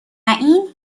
این